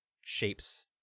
shapes